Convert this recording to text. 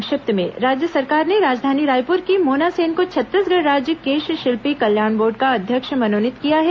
संक्षिप्त समाचार राज्य सरकार ने राजधानी रायपुर की मोना सेन को छत्तीसगढ़ राज्य केश शिल्पी कल्याण बोर्ड का अध्यक्ष मनोनीत किया है